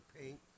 paint